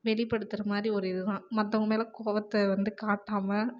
வெளிப்படுத்துகிற மாதிரி ஒரு இதுதான் மத்தவங்க மேல் கோபத்த வந்து காட்டாமல்